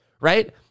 right